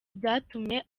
byatumye